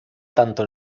tanto